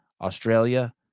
Australia